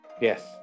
Yes